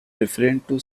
refrained